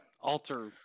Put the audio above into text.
alter